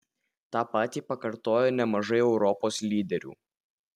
tą patį pakartojo nemažai europos lyderių